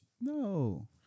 no